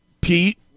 Pete